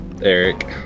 Eric